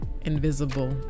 invisible